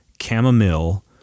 chamomile